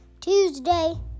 Tuesday